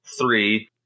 three